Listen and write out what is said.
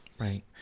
Right